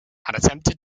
attempted